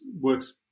works